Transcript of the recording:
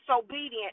disobedient